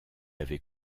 avait